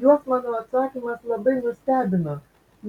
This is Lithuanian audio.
juos mano atsakymas labai nustebino